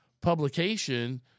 publication